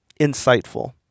insightful